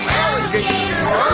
alligator